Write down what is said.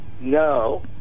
no